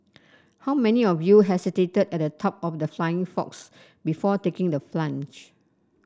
how many of you hesitated at the top of the flying fox before taking the plunge